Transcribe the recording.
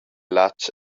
latg